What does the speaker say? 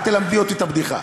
אל תלמדי אותי את הבדיחה,